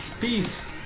Peace